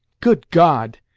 good god!